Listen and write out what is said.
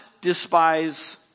despise